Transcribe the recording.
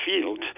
field